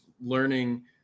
learning